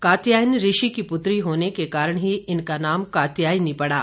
कात्यायन ऋषि की पुत्री होने के कारण ही इनका नाम कात्यायनी पड़ा